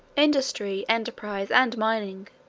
industry, enterprize, and mining,